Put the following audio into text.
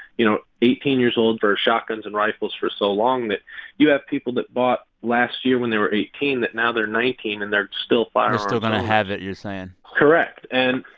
you know, eighteen years old for shotguns and rifles for so long that you have people that bought last year when they were eighteen that now they're nineteen. and they're still firearm. they're still going to have it, you're saying correct. and,